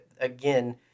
again